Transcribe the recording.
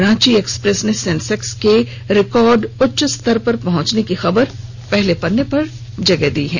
Ranchi express ने Sensex के record उच्च स्तर पर पहंचने की खबर को पहले पत्रे पर जगह दी है